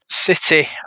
City